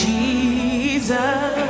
Jesus